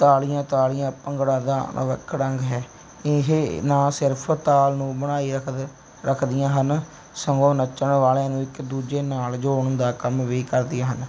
ਤਾਲੀਆਂ ਤਾਲੀਆਂ ਭੰਗੜਾ ਦਾ ਅਨਿੱਖੜਵਾਂ ਅੰਗ ਹੈ ਇਹ ਨਾ ਸਿਰਫ ਤਾਲ ਨੂੰ ਬਣਾਈ ਰੱਖਦਾ ਰੱਖਦੀਆਂ ਹਨ ਸਗੋਂ ਨੱਚਣ ਵਾਲਿਆਂ ਨੂੰ ਇੱਕ ਦੂਜੇ ਨਾਲ ਜੋੜਨ ਦਾ ਕੰਮ ਵੀ ਕਰਦੀਆਂ ਹਨ